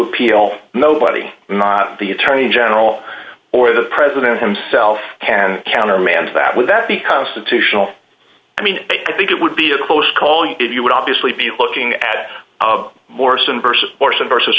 appeal nobody not the attorney general or the president himself can countermands that would that be constitutional i mean i think it would be a close call you if you would obviously be looking at morrison versus